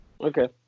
Okay